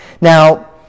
Now